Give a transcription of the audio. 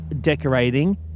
decorating